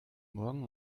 morgen